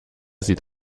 sieht